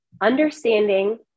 understanding